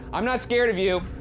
i'm not scared of you,